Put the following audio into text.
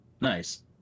Nice